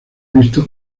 visto